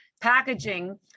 packaging